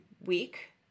week